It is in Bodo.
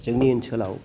जोंनि ओनसोलाव